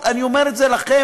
ואני אומר את זה לכם,